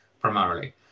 primarily